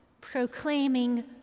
proclaiming